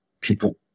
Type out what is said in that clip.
people